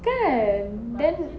kan then